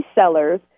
sellers